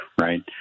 right